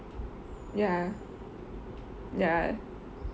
ya ya